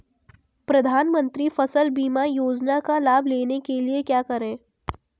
प्रधानमंत्री फसल बीमा योजना का लाभ लेने के लिए क्या करें?